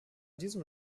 diesem